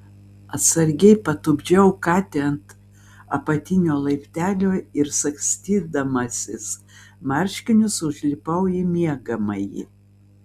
atsargiai patupdžiau katę ant apatinio laiptelio ir sagstydamasis marškinius užlipau į miegamąjį